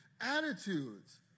attitudes